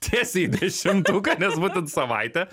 tiesiai į dešimtuką nes būtent savaitę